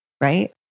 right